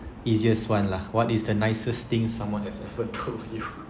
easiest one lah what is the nicest thing someone has ever do for you